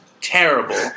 terrible